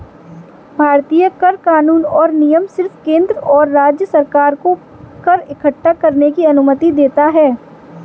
भारतीय कर कानून और नियम सिर्फ केंद्र और राज्य सरकार को कर इक्कठा करने की अनुमति देता है